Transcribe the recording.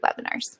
webinars